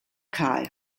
kahl